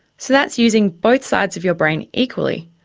so that's using both sides of your brain equally,